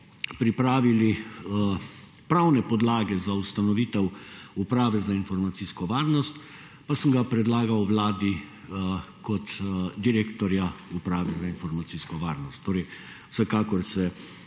pripravili pravne podlage za ustanovitev Uprave za informacijsko varnost pa sem ga predlagal Vladi kot direktorja Uprave za informacijsko varnost torej vsekakor se